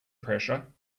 pressure